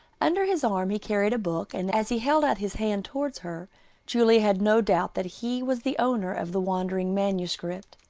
under his arm he carried a book, and as he held out his hand towards her julia had no doubt that he was the owner of the wandering manuscript.